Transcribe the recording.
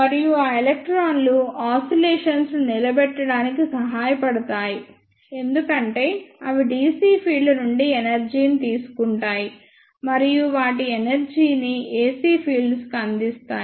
మరియు ఆ ఎలక్ట్రాన్లు ఆసిలేషన్స్ ను నిలబెట్టడానికి సహాయపడతాయి ఎందుకంటే అవి dc ఫీల్డ్స్ నుండి ఎనర్జీ ని తీసుకుంటాయి మరియు వాటి ఎనర్జీ ని ac ఫీల్డ్స్ కు అందిస్తాయి